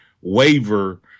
waiver